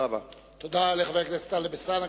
תודה לחבר הכנסת טלב אלסאנע.